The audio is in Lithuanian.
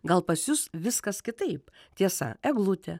gal pas jus viskas kitaip tiesa eglutė